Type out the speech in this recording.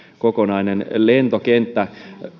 kokonainen lentokenttä